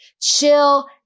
Chill